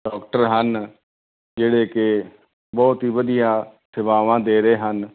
doctor ਹਨ ਜਿਹੜੇ ਕਿ ਬਹੁਤ ਹੀ ਵਧੀਆ ਸੇਵਾਵਾਂ ਦੇ ਰਹੇ ਹਨ